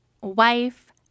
wife